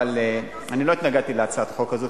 אבל אני לא התנגדתי להצעת החוק הזו,